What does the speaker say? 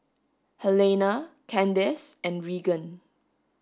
Helena Candace and Reagan